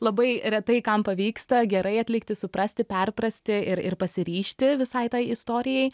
labai retai kam pavyksta gerai atlikti suprasti perprasti ir ir pasiryžti visai tai istorijai